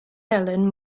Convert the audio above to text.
ellen